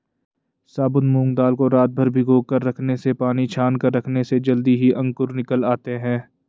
साबुत मूंग दाल को रातभर भिगोकर रखने से पानी छानकर रखने से जल्दी ही अंकुर निकल आते है